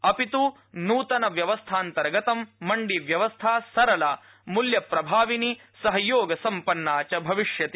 अपित नृतन व्यवस्थान्तर्गतं मण्डी व्यवस्था सरला मल्यप्रभाविनी सहयोग सम्पन्ना च भविष्यति